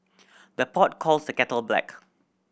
the pot calls the kettle black